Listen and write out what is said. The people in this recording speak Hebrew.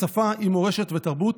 זו שפה עם מורשת ותרבות,